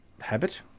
habit